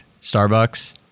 Starbucks